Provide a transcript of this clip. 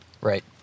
Right